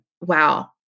wow